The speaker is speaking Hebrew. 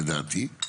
לדעתי.